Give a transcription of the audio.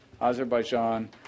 Azerbaijan